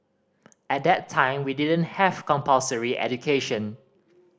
at that time we didn't have compulsory education